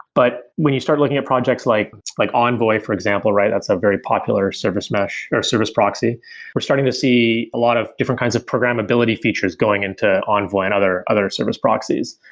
but when you start looking at projects like like envoy, for example, that's a very popular service mesh, or service proxy, we're starting to see a lot of different kinds of programmability features going into envoy and other other service proxies.